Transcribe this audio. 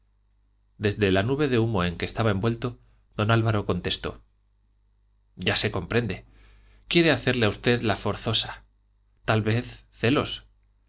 desde la nube de humo en que estaba envuelto don álvaro contestó ya se comprende quiere hacerle a usted la forzosa tal vez celos